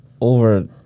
Over